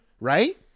Right